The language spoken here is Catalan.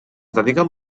dediquen